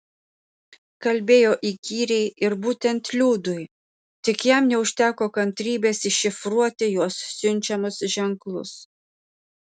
kalbėjo įkyriai ir būtent liudui tik jam neužteko kantrybės iššifruoti jos siunčiamus ženklus